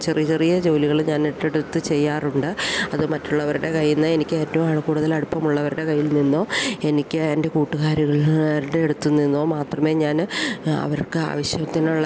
ചെറിയ ചെറിയ ജോലികൾ ഞാൻ ഏറ്റെടുത്തു ചെയ്യാറുണ്ട് അത് മറ്റുള്ളവരുടെ കയ്യിന്ന് എനിക്ക് ഏറ്റവും കൂടുതൽ അടുപ്പമുള്ളവരുടെ കയ്യിൽ നിന്നോ എനിക്ക് എൻ്റെ കൂട്ടുകാരുടെ അടുത്ത് നിന്നോ മാത്രമേ ഞാൻ അവർക്ക് ആവശ്യത്തിനുള്ള